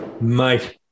Mate